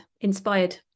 inspired